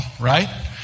right